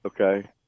Okay